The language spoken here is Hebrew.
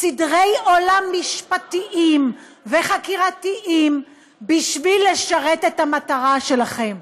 סדרי עולם משפטיים וחקירתיים בשביל לשרת את המטרה שלכם?